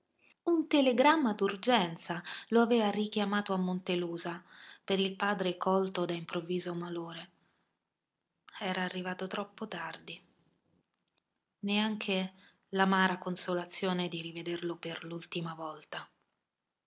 un telegramma d'urgenza lo aveva richiamato a montelusa per il padre colto da improvviso malore era arrivato troppo tardi neanche l'amara consolazione di rivederlo per l'ultima volta